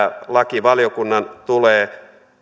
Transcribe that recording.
lakivaliokunnan tulee